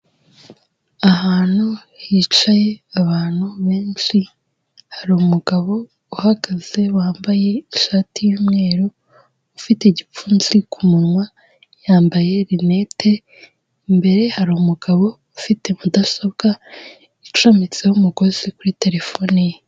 Ahantu hicaye abantu benshi, hari umugabo uhagaze wambaye ishati y'umweru, ufite igipfunsi ku munwa, yambaye rinite, imbere hari umugabo ufite mudasobwa icometseho umugozi kuri telefone ye.